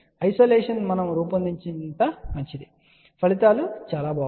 isolation మనము రూపొందించినంత మంచిది ఫలితాలు చాలా బాగున్నాయి